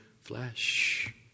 flesh